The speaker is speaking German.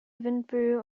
windböe